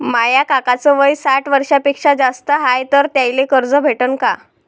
माया काकाच वय साठ वर्षांपेक्षा जास्त हाय तर त्याइले कर्ज भेटन का?